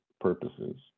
purposes